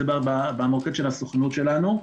זה במוקד של הסוכנות שלנו.